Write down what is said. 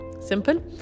simple